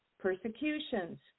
persecutions